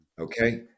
Okay